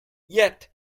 yet